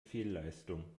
fehlleistung